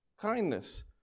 kindness